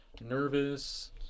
nervous